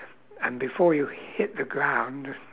and before you hit the ground